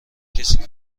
کسی